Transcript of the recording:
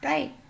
Right